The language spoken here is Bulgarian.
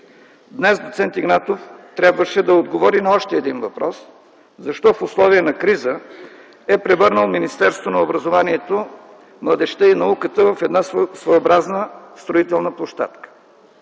Днес доц. Игнатов трябваше да отговори на още един въпрос – защо в условия на криза е превърнал Министерството на образованието, младежта и науката в една своеобразна строителна площадка.